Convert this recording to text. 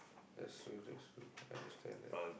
that's true that's true understand that